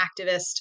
activist